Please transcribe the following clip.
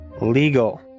legal